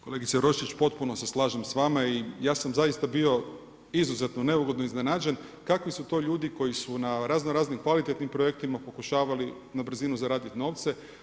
Kolegice Roščić potpuno se slažem s vama i ja sam zaista bio izuzetno neugodno iznenađen, kakvi su to ljudi koji su na razno raznim kvalitetnim projektima pokušavali na brzinu zaradit novce.